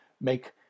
make